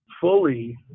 fully